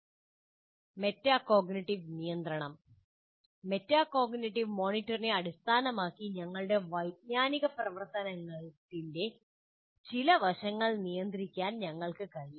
metacognitive നിയന്ത്രണം metacognitive മോണിറ്ററിംഗിനെ അടിസ്ഥാനമാക്കി ഞങ്ങളുടെ വൈജ്ഞാനിക പ്രവർത്തനത്തിന്റെ ചില വശങ്ങൾ നിയന്ത്രിക്കാൻ ഞങ്ങൾക്ക് കഴിയണം